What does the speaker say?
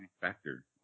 factor